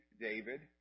David